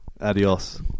Adios